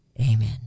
Amen